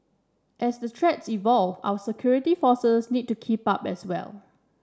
as the threats evolve our security forces need to keep up as well